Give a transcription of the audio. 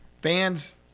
fans